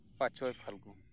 ᱯᱟᱸᱪᱚᱭ ᱯᱷᱟᱞᱜᱩᱱ